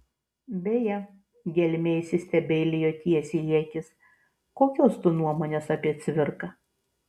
beje gelmė įsistebeilijo tiesiai į akis kokios tu nuomonės apie cvirką